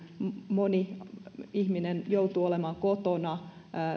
moni ihminen joutuu olemaan kotona